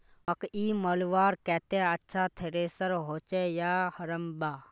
मकई मलवार केते अच्छा थरेसर होचे या हरम्बा?